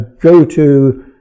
go-to